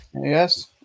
yes